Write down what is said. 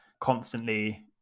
constantly